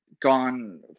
gone